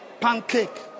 pancake